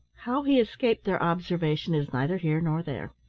how he escaped their observation is neither here nor there.